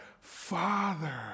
father